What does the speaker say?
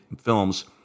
films